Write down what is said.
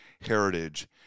heritage